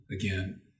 again